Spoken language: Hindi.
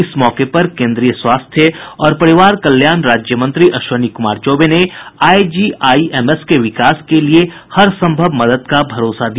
इस मौके पर केंद्रीय स्वास्थ्य और परिवार कल्याण राज्य मंत्री अश्विनी कुमार चौबे ने आईजीआईएमएस के विकास के लिए हर संभव मदद का भरोसा दिया